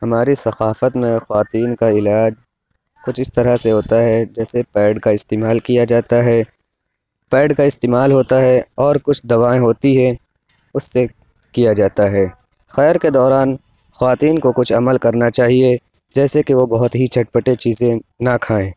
ہمارے ثقافت میں خواتین کا علاج کچھ اِس طرح سے ہوتا ہے جیسے پیڈ کا استعمال کیا جاتا ہے پیڈ کا استعمال ہوتا ہے اور کچھ دوائیں ہوتی ہے اُس سے کیا جاتا ہے خیر کے دوران خواتین کو کچھ عمل کرنا چاہیے جیسے کہ وہ بہت ہی چٹپٹے چیزیں نہ کھائیں